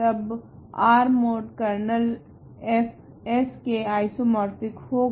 तब R mod kernel phi S के isomorphic होगा